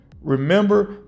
remember